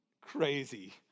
crazy